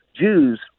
Jews